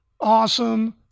awesome